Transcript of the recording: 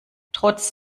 trotz